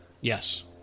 Yes